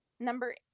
Number